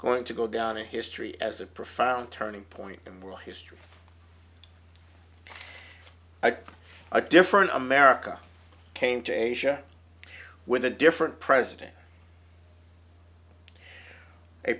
going to go down in history as a profound turning point in world history i think a different america came to asia with a different president a